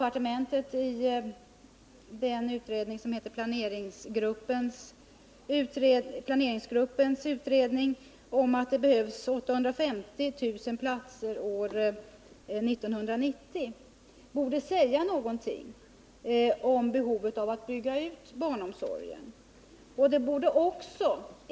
Jag nämnde de siffror som redovisats av socialdepartementet i planeringsgruppens utredning och som visar att det behövs 850 000 platser år 1990.